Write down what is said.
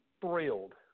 thrilled